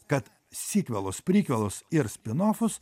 kad sikvelus prikvelus ir spinofus